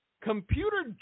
Computer